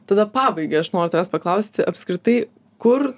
tada pabaigai aš noriu tavęs paklausti apskritai kur